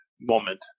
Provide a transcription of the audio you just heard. moment